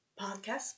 podcast